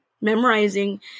memorizing